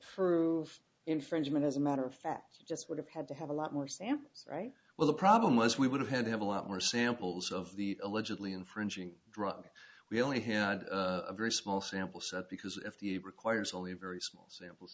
of infringement as a matter of fact i just would have had to have a lot more samples right well the problem was we would have had to have a lot more samples of the allegedly infringing drug we only had a very small sample set because if he requires only very small samples